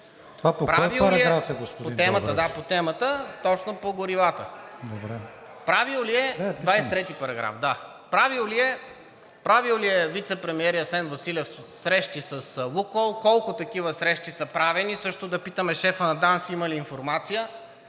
Това по кой параграф е, господин Добрев?